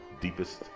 deepest